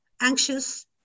anxious